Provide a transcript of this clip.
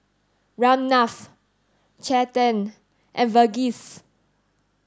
Ramnath Chetan and Verghese